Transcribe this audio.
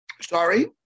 Sorry